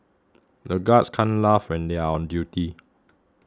the guards can't laugh when they are on duty